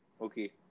Okay